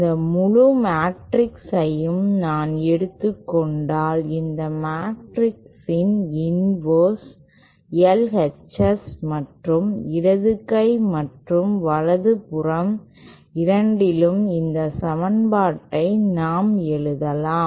இந்த முழு மேட்ரிக்ஸையும் நான் எடுத்துக் கொண்டால் இந்த மேட்ரிக்ஸின் இன்வர்ஸ் L H S மற்றும் இடது கை மற்றும் வலது புறம் இரண்டிலும் இந்த சமன்பாட்டை நாம் எழுதலாம்